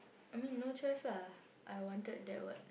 I mean no choice lah I wanted that [what]